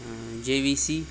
J V C